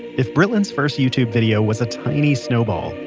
if britlin's first youtube video was a tiny snowball,